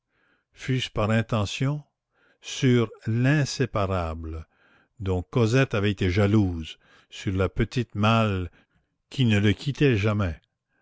fut-ce avec intention sur l'inséparable dont cosette avait été jalouse sur la petite malle qui ne le quittait jamais